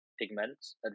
pigments